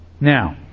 Now